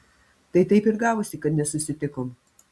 tai taip ir gavosi kad nesusitikom